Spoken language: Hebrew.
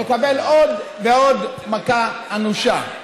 מקבל עוד ועוד מכה אנושה.